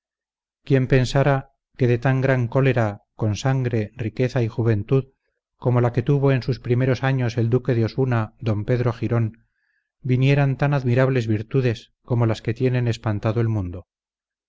quién pensara que de tan gran cólera con sangre riqueza y juventud como la que tuvo en sus primeros años el duque de osuna d pedro girón vinieran tan admirables virtudes como las que tienen espantado el mundo